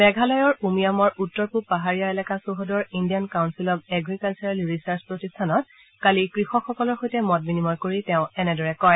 মেঘালয়ৰ উমিয়ামৰ উত্তৰ পূব পাহাৰীয়া এলেকা চৌহদৰ Indian council of agricultural research প্ৰতিষ্ঠানত কালি কৃষকসকলৰ সৈতে মত বিনিময় কৰি তেওঁ এনেদৰে কয়